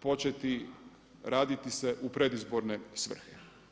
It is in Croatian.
početi radi sve u predizborne svrhe.